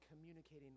communicating